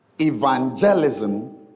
Evangelism